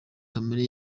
kamere